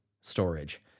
storage